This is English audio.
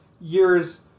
years